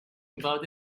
about